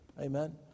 Amen